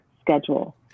schedule